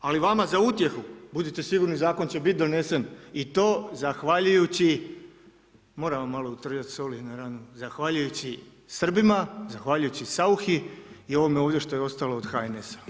Ali vama za utjehu, budite sigurno zakon će biti donesen i to zahvaljujući moram vam malo utrljati soli na ranu, zahvaljujući Srbima, zahvaljujući Sauchi i ovome ovdje što je ostalo od HNS-a.